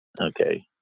Okay